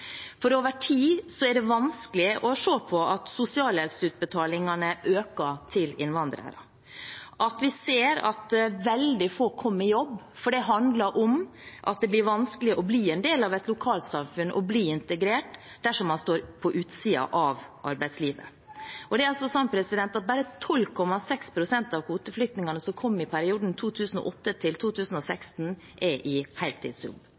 For over tid er det vanskelig å se på at sosialhjelpsutbetalingene til innvandrere øker – at vi ser at veldig få kommer i jobb, for det handler om at det blir vanskelig å bli en del av et lokalsamfunn og bli integrert dersom man står på utsiden av arbeidslivet. Bare 12,6 pst. av kvoteflyktningene som kom i perioden 2008–2016, er i heltidsjobb,